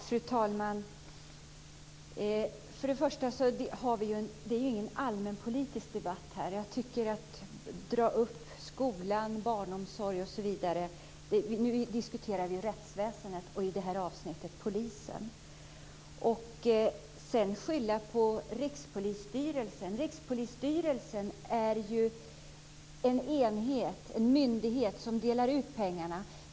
Fru talman! Det här är ingen allmänpolitisk debatt. Man drar upp skola, barnomsorg osv. Nu diskuterar vi ju rättsväsendet och i det här avsnittet polisen. Sedan skyller man på Rikspolisstyrelsen. Rikspolisstyrelsen är ju en myndighet som delar ut pengarna.